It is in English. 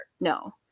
no